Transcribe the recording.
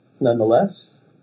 nonetheless